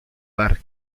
bar